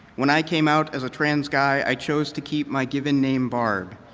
when i came out as a transguy, i chose to keep my given name, barb,